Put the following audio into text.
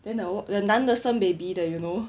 then the 男的生 baby 的 you know